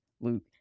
Luke